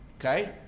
okay